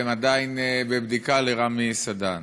והן עדיין בבדיקה, לרמי סדן.